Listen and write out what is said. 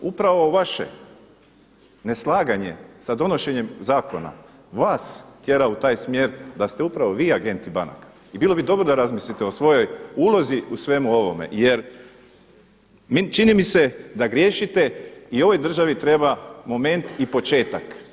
Upravo ovo vaše neslaganje sa donošenjem zakona, vas tjera u taj smjer da ste upravo vi agenti banaka i bilo bi dobro da razmislite o svojoj ulozi u svemu ovome jer čini mi se da griješite i ovoj državi treba moment i početak.